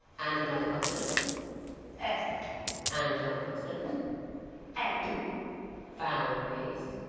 and another continent s and the continent and foul, please.